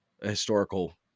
historical